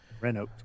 Renault